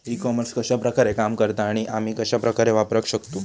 E commerce कश्या प्रकारे काम करता आणि आमी कश्या प्रकारे वापराक शकतू?